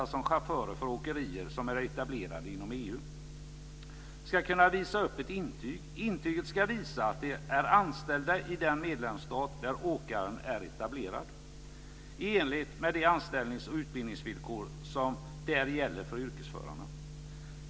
ska kunna visa upp ett intyg. Intyget ska visa att de är anställda i den medlemsstat där åkaren är etablerad i enlighet med de anställnings och utbildningsvillkor som där gäller för yrkesförare.